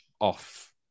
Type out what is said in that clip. off